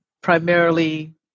primarily